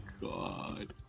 god